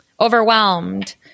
overwhelmed